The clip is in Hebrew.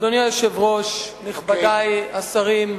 אדוני היושב-ראש, נכבדי השרים,